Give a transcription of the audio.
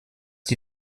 die